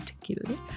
particularly